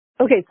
Okay